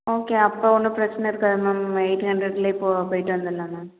okay அப்போ ஒன்றும் பிரச்சினைருக்காது மேம் எயிட் ஹண்ட்ரேட்டில் இப்போது போயிட்டு வந்துவிடலாம் மேம்